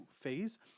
phase